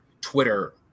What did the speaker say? Twitter